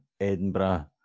Edinburgh